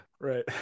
right